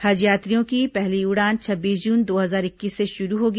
हज यात्रियों की पहली उड़ान छब्बीस जून दो हजार इक्कीस से शुरू होगी